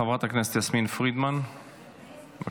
חברת הכנסת יסמין פרידמן, בבקשה.